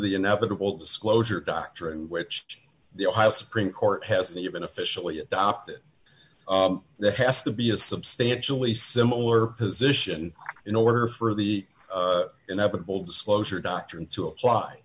the inevitable disclosure doctrine which the ohio supreme court hasn't even officially adopted that has to be a substantially similar position in order for the inevitable disclosure doctrine to apply